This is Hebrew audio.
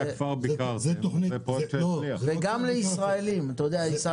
זה גם לישראלים.